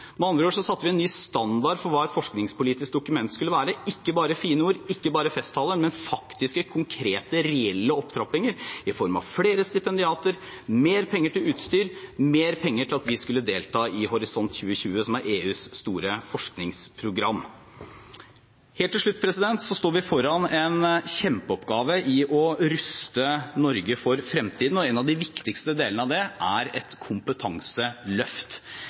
Med andre ord satte vi en ny standard for hva et forskningspolitisk dokument skulle være – ikke bare fine ord, ikke bare festtaler, men faktiske, konkrete, reelle opptrappinger i form av flere stipendiater, mer penger til utstyr, mer penger til å delta i Horisont 2020, som er EUs store forskningsprogram. Helt til slutt: Vi står foran en kjempeoppgave når det gjelder å ruste Norge for fremtiden. En av de viktigste delene av det er et kompetanseløft.